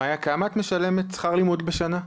מאיה, כמה את משלמת שכר לימוד בשנה?